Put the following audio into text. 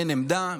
אין עמדה.